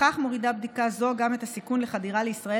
בכך מורידה בדיקה זו גם את הסיכון לחדירה לישראל